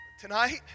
Tonight